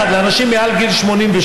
אנשים בתוכנית יחד לאנשים מעל גיל 86,